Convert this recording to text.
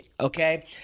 okay